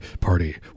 party